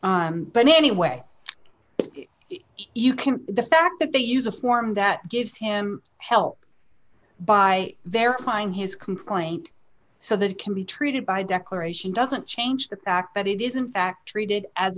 but anyway you can the fact that they use a form that gives him help by verifying his complaint so that it can be treated by declaration doesn't change the fact that it isn't fact treated as